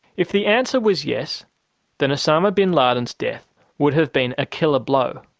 if the answer was yes then osama bin laden's death would have been a killer blow.